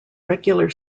regular